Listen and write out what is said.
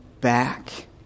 back